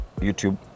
YouTube